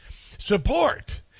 support